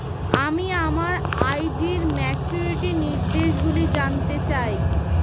আমি আমার আর.ডি র ম্যাচুরিটি নির্দেশগুলি জানতে চাই